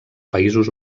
països